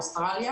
אוסטרליה